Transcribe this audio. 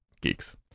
geeks